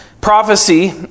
prophecy